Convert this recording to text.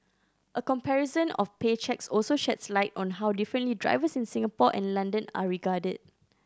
a comparison of pay cheques also sheds light on how differently drivers in Singapore and London are regarded